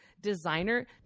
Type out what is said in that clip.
designer